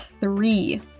three